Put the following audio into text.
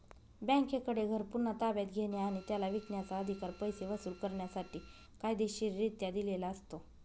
बँकेकडे घर पुन्हा ताब्यात घेणे आणि त्याला विकण्याचा, अधिकार पैसे वसूल करण्यासाठी कायदेशीररित्या दिलेला असतो